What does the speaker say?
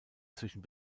zwischen